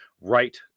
right